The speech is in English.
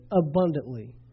abundantly